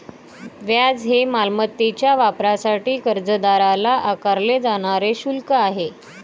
व्याज हे मालमत्तेच्या वापरासाठी कर्जदाराला आकारले जाणारे शुल्क आहे